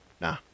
Nah